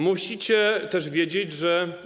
Musicie też wiedzieć, że.